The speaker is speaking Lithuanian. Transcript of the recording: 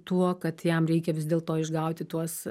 tuo kad jam reikia vis dėlto išgauti tuos